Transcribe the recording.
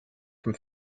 from